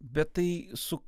bet tai su